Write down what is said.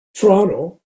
Toronto